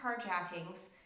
carjackings